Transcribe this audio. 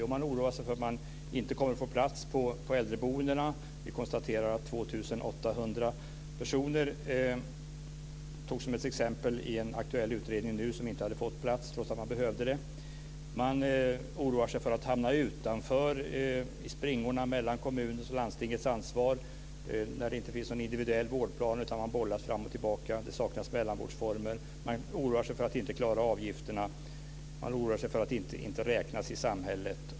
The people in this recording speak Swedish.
Jo, man oroar sig för att man inte kommer att få plats inom äldreboendet. Vi konstaterar att 2 800 personer togs som exempel i en aktuell utredning. De hade inte fått plats trots att de behövde det. Man oroar sig för att hamna utanför, i springorna mellan kommunens och landstingets ansvar, när det inte finns någon individuell vårdplan utan man bollas fram och tillbaka. Det saknas mellanvårdsformer. Man oroar sig för att inte klara avgifterna och för att inte räknas i samhället.